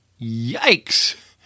Yikes